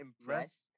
impressed